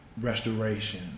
restoration